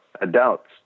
adults